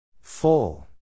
full